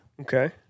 Okay